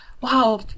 wow